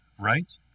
right